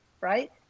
Right